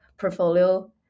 portfolio